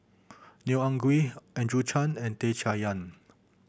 Neo Anngee Andrew Chew and Tan Chay Yan